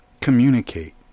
communicate